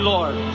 Lord